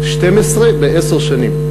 12 בעשר שנים.